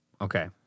Okay